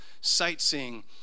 sightseeing